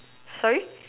sorry